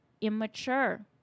immature